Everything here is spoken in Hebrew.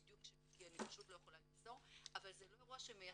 כרגע אני לא יכולה למסור, אבל זה לא אירוע שמייצג.